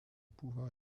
pouvoir